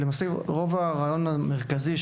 רוב הרעיון המרכזי,